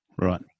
Right